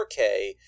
4K